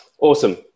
Awesome